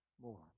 more